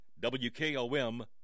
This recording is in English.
WKOM